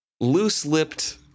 loose-lipped